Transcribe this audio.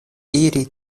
iri